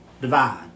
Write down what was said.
divine